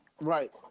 Right